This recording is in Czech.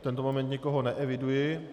V tento moment nikoho neeviduji.